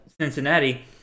Cincinnati